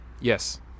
yes